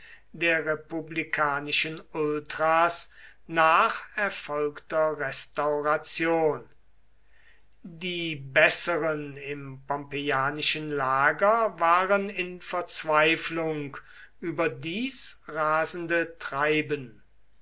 der republikanischen ultras nach erfolgter restauration die besseren im pompeianischen lager waren in verzweiflung über dies rasende treiben